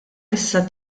issa